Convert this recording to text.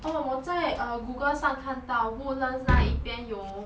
orh 我在 uh google 上看到 woodlands 那一边有